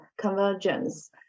convergence